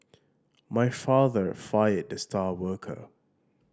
my father fired the star worker